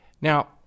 Now